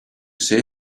say